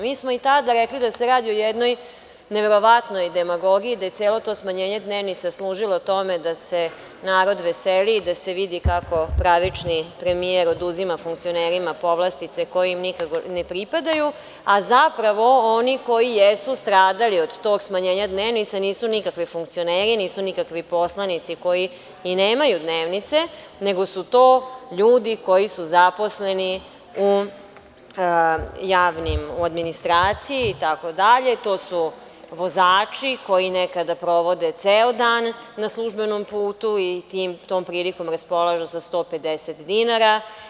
Mi smo i tada rekli da se radi o jednoj neverovatnoj demagogije, da je celo to smanjenje dnevnica služilo tome da se narod veseli i da se vidi kako pravični premijer oduzima funkcionerima povlastice koje im nikako ne pripadaju, a zapravo oni koji jesu stradali od tog smanjenja dnevnica, nisu nikakvi funkcioneri, nisu nikakvi poslanici, koji ni nemaju dnevnice, nego su to ljudi koji su zaposleni u javnoj administraciji, to su vozači koji nekada provode ceo dan na službenom putu i tom prilikom raspolažu sa 150 dinara.